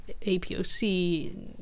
APOC